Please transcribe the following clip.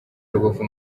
rubavu